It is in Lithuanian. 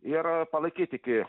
ir palaikyti iki